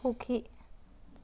সুখী